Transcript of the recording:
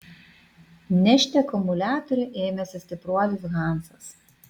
nešti akumuliatorių ėmėsi stipruolis hansas